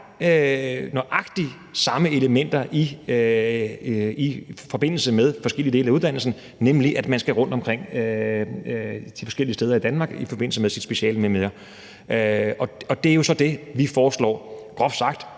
nøjagtig samme elementer i forbindelse med forskellige dele af uddannelsen, nemlig at man skal rundtomkring forskellige steder i Danmark i forbindelse med sit speciale m.m. Og det er så det, vi groft sagt